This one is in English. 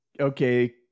okay